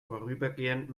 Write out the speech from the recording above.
vorübergehend